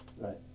right